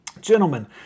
gentlemen